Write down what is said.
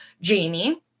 Jamie